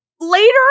later